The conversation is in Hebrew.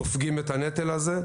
סופגים את הנטל הזה.